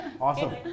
Awesome